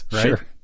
sure